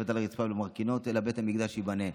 על הרצפה ולומר קינות אלא בית המקדש ייבנה.